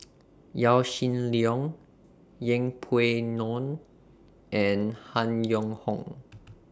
Yaw Shin Leong Yeng Pway Ngon and Han Yong Hong